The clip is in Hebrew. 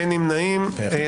אין נמנעים הצבעה אושר.